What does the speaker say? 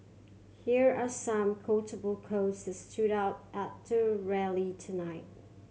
here are some quotable quotes that stood out at the rally tonight